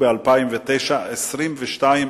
בשנת 2009 נפתחו 2,200